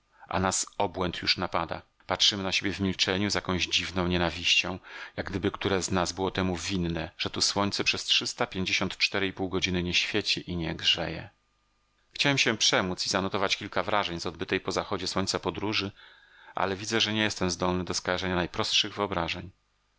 a nas obłęd już napada patrzymy na siebie w milczeniu z jakąś dziwną nienawiścią jak gdyby które z nas było temu winne że tu słońce przez trzysta pięćdziesiąt cztery i pół godziny nie świeci i nie grzeje chciałem się przemóc i zanotować kilka wrażeń z odbytej po zachodzie słońca podróży ale widzę że nie jestem zdolny do skojarzenia najprostszych wyobrażeń